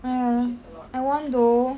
well I want though